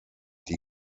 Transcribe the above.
die